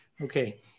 okay